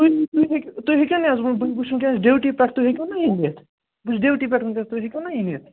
تُہۍ ہیٚکِو نا تُہۍ ہیٚکِو نا حظ بہٕ بہٕ چھُس وُنکیٚس ڈِیوٹی پیٚٹھ تُہۍ ہیٚکِو نا یہِ نِتھ بہٕ چھُس ڈِیوٹی پیٚٹھ وُنکیٚس تُہۍ ہیٚکِو نا یہِ نِتھ